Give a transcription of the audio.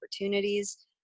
opportunities